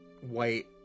white